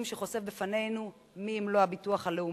שחושף בפנינו מי אם לא הביטוח הלאומי,